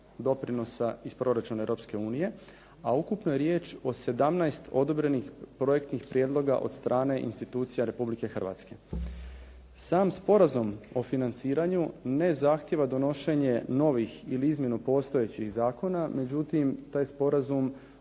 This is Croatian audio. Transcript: doprinosa iz proračuna Europske unije a ukupno je riječ o 17 odobrenih projektnih prijedloga od strane institucija Republike Hrvatske. Sam Sporazum o financiranju ne zahtijeva donošenje novih ili izmjenu postojećih zakona, međutim taj sporazum